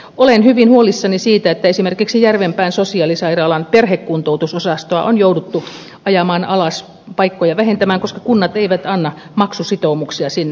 olen hyvin huolissani siitä että esimerkiksi järvenpään sosiaalisairaalan perhekuntoutusosastoa on jouduttu ajamaan alas paikkoja vähentämään koska kunnat eivät anna maksusitoumuksia sinne